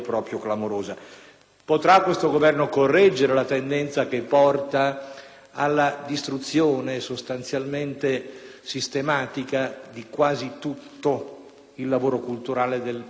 allora questo Governo correggere la tendenza che porta alla distruzione sistematica di quasi tutto il lavoro culturale del Paese,